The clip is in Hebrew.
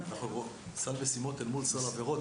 סל משימות אל מול סל עבירות,